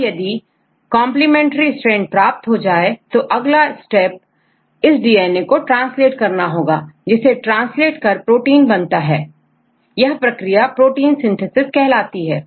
अब जब complementary strand प्राप्त हो जाए तो अगला स्टेप इस डीएनए को ट्रांसलेट करना होगा जिसे ट्रांसलेट कर प्रोटीन बनता है यह प्रक्रिया प्रोटीन सिंथेसिस कहलाती है